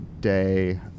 Day